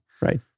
Right